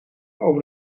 over